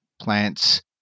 plants